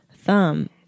thumb